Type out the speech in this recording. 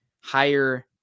higher